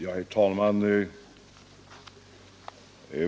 Herr talman!